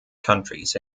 countries